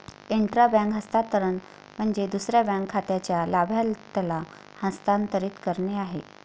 intra bank हस्तांतरण म्हणजे दुसऱ्या बँक खात्याच्या लाभार्थ्याला हस्तांतरित करणे आहे